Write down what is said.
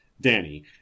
Danny